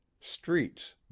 Streets